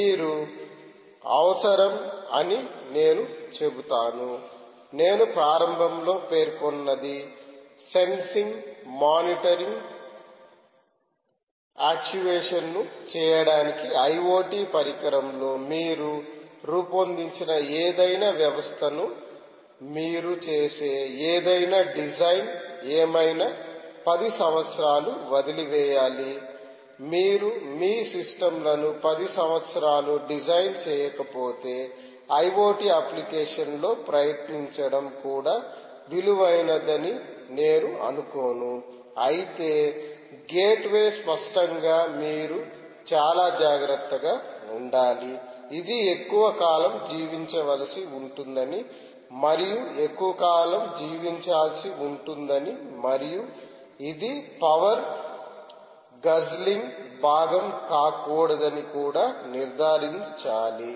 మీరు అవసరం అని నేను చెబుతాను నేను ప్రారంభంలో పేర్కొన్నది సెన్సింగ్ మానిటరింగ్ యాక్చుయేషన్ ను చేయడానికి ఐఓటీ పరికరంలో మీరు రూపొందించిన ఏదైనా వ్యవస్థను మీరు చేసే ఏదైనా డిజైన్ ఏమైనా 10 సంవత్సరాలు వదిలివేయాలి మీరు మీ సిస్టమ్ లను 10 సంవత్సరాలు డిజైన్ చేయకపోతే ఐఓటీ అప్లికేషన్లో ప్రయత్నించడం కూడా విలువైనదని నేను అనుకోను అయితే గేట్వే స్పష్టంగా మీరు చాలా జాగ్రత్తగా ఉండాలి ఇది ఎక్కువ కాలం జీవించవలసి ఉంటుందని మరియు ఎక్కువ కాలం జీవించాల్సి ఉంటుందని మరియు ఇది పవర్ గజ్లింగ్ భాగం కాకూడదని కూడా నిర్ధారించాలి